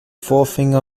forefinger